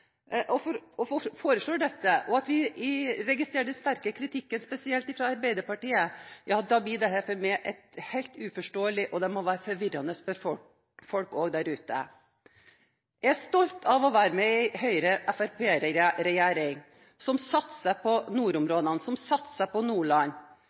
foreslår dette, og vi registrerer den sterke kritikken, spesielt fra Arbeiderpartiet, blir dette for meg helt uforståelig. Det må også være forvirrende for folk der ute. Jeg er stolt av å være med i en Høyre–Fremskrittsparti-regjering som satser på